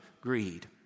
greed